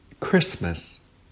Christmas